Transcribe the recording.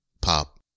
Pop